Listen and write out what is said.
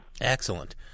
Excellent